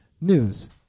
news